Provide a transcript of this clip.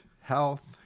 health